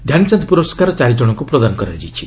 ଧ୍ୟାନଚାନ୍ଦ ପୁରସ୍କାର ଚାରି ଜଣଙ୍କୁ ପ୍ରଦାନ କରାଯାଇଛି